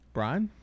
Brian